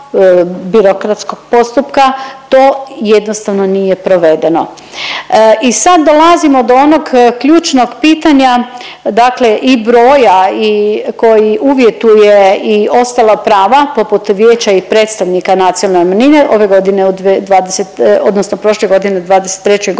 to jednostavno nije provedeno. I sad dolazimo do onog ključnog pitanja, dakle i broja i koji uvjetuje i ostala prava poput vijeća i predstavnika nacionalnih manjina. Ove godine u dvije i dvadeset odnosno prošle godine u '23. godini